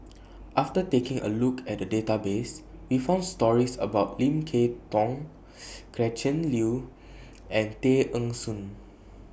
after taking A Look At The Database We found stories about Lim Kay Tong Gretchen Liu and Tay Eng Soon